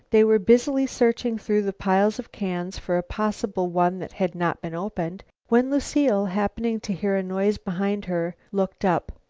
they were busily searching through the piles of cans for a possible one that had not been opened, when lucile, happening to hear a noise behind her, looked up.